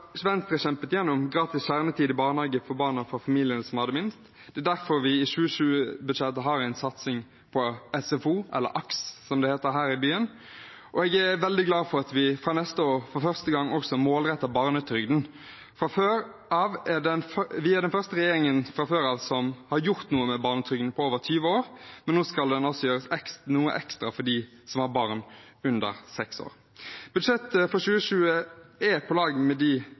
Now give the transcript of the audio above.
kjempet igjennom gratis kjernetid i barnehagen for barna fra familiene som har minst. Det er derfor vi i 2020-budsjettet har en satsing på SFO, eller AKS, som det heter her i byen, og jeg er veldig glad for at vi fra neste år for første gang også målretter barnetrygden. Vi er den første regjeringen på over 20 år som har gjort noe med barnetrygden, nå skal vi altså gjøre noe ekstra for dem som har barn under seks år. Budsjettet for 2020 er på lag med